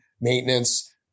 maintenance